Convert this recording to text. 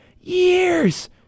Years